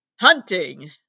hunting